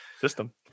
System